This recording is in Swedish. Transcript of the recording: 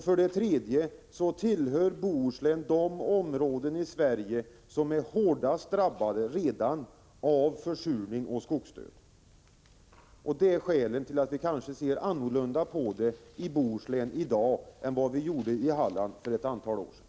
För det tredje tillhör Bohuslän de områden i Sverige som är hårdast drabbade av försurning och skogsdöd. Det är ett av skälen till att vi kanske ser annorlunda på dessa frågor vad gäller Bohuslän i dag än när det gällde Halland för ett antal år sedan.